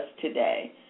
today